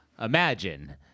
imagine